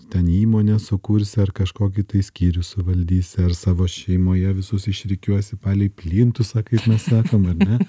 ten įmonę sukursi ar kažkokį tai skyrių suvaldysi ar savo šeimoje visus išrikiuosi palei plintusą kaip mes sakom ar ne